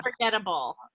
unforgettable